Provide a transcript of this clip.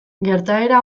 gertaera